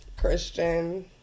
Christian